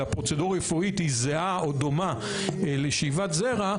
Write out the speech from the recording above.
אלא פרוצדורה רפואית היא זהה או דומה לשאיבת זרע,